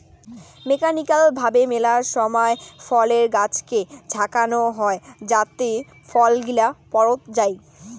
mechanical ভাবে মেলা সময় ফলের গাছকে ঝাঁকানো হই যাতি ফল গিলা পড়ত যাই